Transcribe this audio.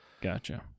Gotcha